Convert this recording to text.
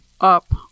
up